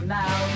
now